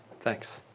thanks.